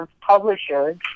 Publishers